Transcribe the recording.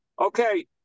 Okay